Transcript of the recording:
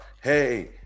hey